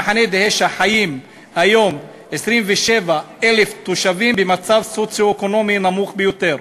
במחנה דהיישה חיים היום 27,000 תושבים במצב סוציו-אקונומי נמוך ביותר.